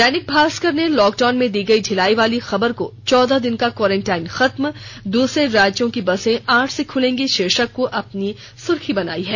दैनिक भास्कर ने लॉकडाउन में दी गई ढिलाई वाली खबर को चौदह दिन का क्वारेंटाईन खत्म दूसरे राज्यों की बसें आठ से खुलेंगी शीर्षक को अपनी सूर्खी बनायी है